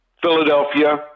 Philadelphia